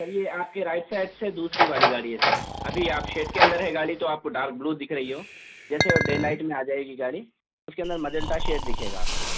چلیے آپ کے رائٹ سائڈ سے دوسری والی گاڑی ہے سر ابھی آپ شیڈ کے اندر ہے گاڑی تو آپ کو ڈارک بلو دکھ رہی ہو جیسے وہ ڈے لائٹ میں آ جائے گی گاڑی اِس کے اندر مجنٹا شیڈ دکھے گا آپ کو